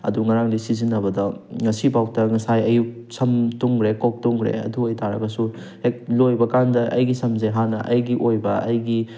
ꯑꯗꯣ ꯉꯔꯥꯡꯗꯩ ꯁꯤꯖꯟꯅꯕꯗ ꯉꯁꯤꯐꯧꯗ ꯉꯁꯥꯏ ꯑꯌꯨꯛ ꯁꯝ ꯇꯨꯝꯈ꯭ꯔꯦ ꯀꯣꯛ ꯇꯨꯝꯈ꯭ꯔꯦ ꯑꯗꯨ ꯑꯣꯏꯇꯥꯔꯒꯁꯨ ꯍꯦꯛ ꯅꯣꯏꯕ ꯀꯥꯟꯗ ꯑꯩꯒꯤ ꯁꯝꯁꯦ ꯍꯥꯟꯅ ꯑꯩꯒꯤ ꯑꯣꯏꯕ ꯑꯩꯒꯤ